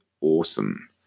awesome